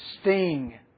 sting